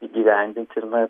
įgyvendinti ir na